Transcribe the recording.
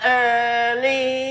early